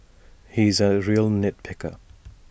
he is A real nit picker